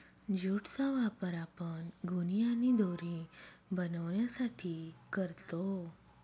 jute चा वापर आपण गोणी आणि दोरी बनवण्यासाठी करतो